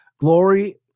Glory